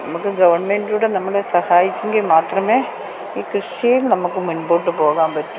നമുക്ക് ഗവൺമെൻറ്റൂടെ നമ്മളെ സഹായിച്ചെങ്കിൽ മാത്രമേ ഈ കൃഷിയേം നമുക്ക് മുൻപോട്ട് പോകാൻ പറ്റു